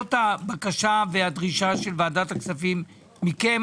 זאת הבקשה והדרישה של ועדת הכספים מכם.